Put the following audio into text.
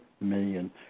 million